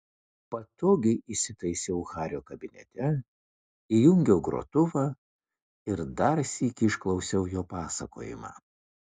patogiai įsitaisiau hario kabinete įjungiau grotuvą ir dar sykį išklausiau jo pasakojimą